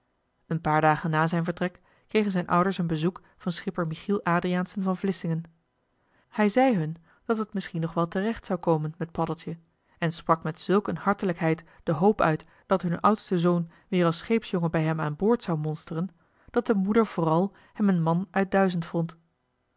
een paar dagen na zijn vertrek kregen zijn ouders een bezoek van schipper michiel adriaensen van vlissingen hij zei hun dat het misschien nog wel terecht zou komen met paddeltje en sprak met zulk een hartelijkheid de hoop uit dat hun oudste zoon weer als scheepsjongen bij hem aan boord zou monsteren dat de moeder vooral hem een man uit duizend vond